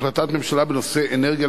לגבי החלטת הממשלה בנושא אנרגיה,